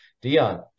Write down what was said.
Dion